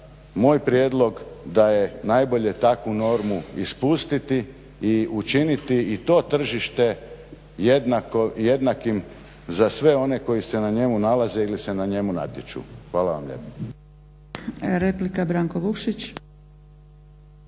moj prijedlog da je najbolje takvu normu ispustiti i učiniti i to tržište jednakim za sve one koji se na njemu nalaze ili se na njemu natječu. Hvala vam lijepo.